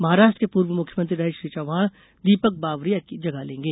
महाराष्ट्र के पूर्व मुख्यमंत्री रहे श्री चाव्हाण दीपक बावरिया की जगह लेंगे